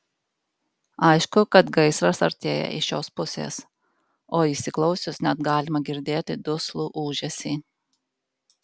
aišku kad gaisras artėja iš šios pusės o įsiklausius net galima girdėti duslų ūžesį